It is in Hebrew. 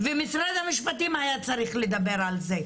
ומשרד המשפטים היה צריך לדבר על זה.